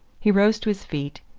he rose to his feet,